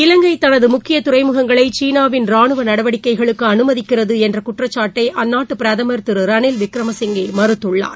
இலங்கை தனது முக்கிய துறைமுகங்களை சீனாவின் ராணுவ நடவடிக்கைகளுக்கு அனுமதிக்கிறது என்ற குற்றச்சாட்டை அந்நாட்டு பிரதமர் திரு ரணில் விக்ரமசிங்கே மறுத்துள்ளார்